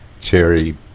cherry